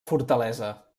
fortalesa